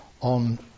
on